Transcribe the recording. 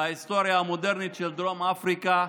בהיסטוריה המודרנית של דרום אפריקה,